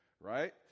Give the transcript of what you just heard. right